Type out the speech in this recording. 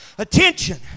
Attention